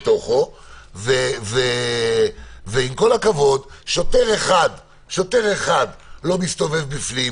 עם כל הכבוד, שוטר אחד לא מסתובב בפנים,